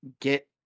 get